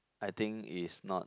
I think is not